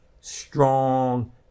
strong